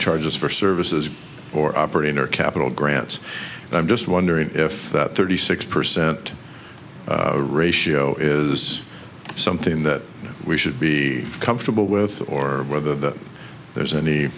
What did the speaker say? charges for services or operating or capital grants and i'm just wondering if thirty six percent ratio is something that we should be comfortable with or whether that there's any